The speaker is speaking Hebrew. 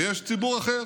ויש ציבור אחר.